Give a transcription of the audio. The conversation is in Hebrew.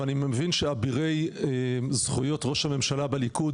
ואני מבין שאבירי זכויות ראש הממשלה בליכוד